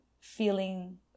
feeling